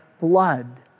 blood